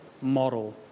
model